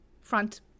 front